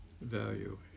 value